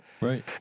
Right